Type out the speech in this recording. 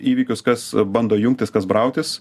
įvykius kas bando jungtis kas brautis